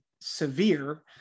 severe